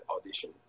audition